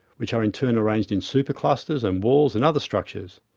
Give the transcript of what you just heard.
which are in turn arranged in super-clusters and walls and other structures.